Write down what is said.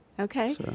Okay